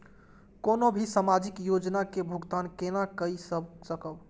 कोनो भी सामाजिक योजना के भुगतान केना कई सकब?